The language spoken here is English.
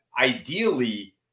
Ideally